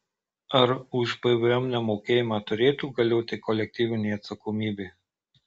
ar už pvm nemokėjimą turėtų galioti kolektyvinė atsakomybė